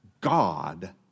God